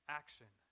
action